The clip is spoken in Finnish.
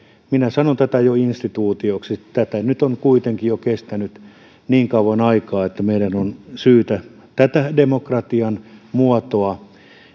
minä sanon tätä jo kansalaislaki instituutioksi tätä nyt on kuitenkin jo kestänyt niin kauan aikaa että meidän on syytä tätä demokratian muotoa